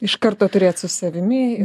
iš karto turėt su savimi